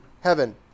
heaven